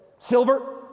Silver